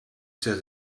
says